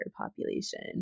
population